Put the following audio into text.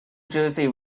jersey